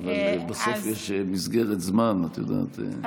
אבל בסוף יש מסגרת זמן, את יודעת.